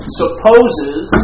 supposes